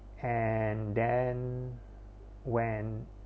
and then when